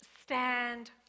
Stand